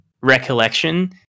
recollection